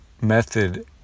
method